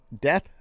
death